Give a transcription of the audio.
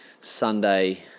Sunday